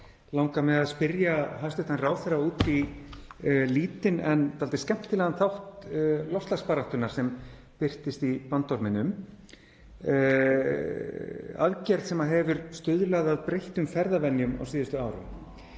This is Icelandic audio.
langar mig að spyrja hæstv. ráðherra út í lítinn en dálítið skemmtilegan þátt loftslagsbaráttunnar sem birtist í bandorminum, aðgerð sem hefur stuðlað að breyttum ferðavenjum á síðustu árum.